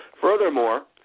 Furthermore